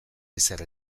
ezer